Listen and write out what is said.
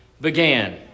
began